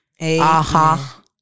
Aha